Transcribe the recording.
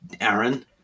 Aaron